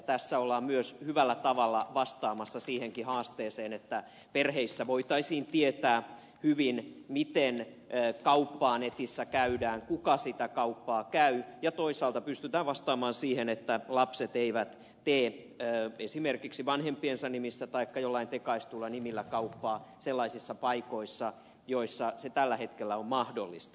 tässä ollaan myös hyvällä tavalla vastaamassa siihenkin haasteeseen että perheissä voitaisiin tietää hyvin miten kauppaa netissä käydään kuka sitä kauppaa käy ja toisaalta pystytään vastaamaan siihen että lapset eivät tee esimerkiksi vanhempiensa nimissä taikka joillain tekaistuilla nimillä kauppaa sellaisissa paikoissa joissa se tällä hetkellä on mahdollista